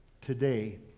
today